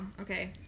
okay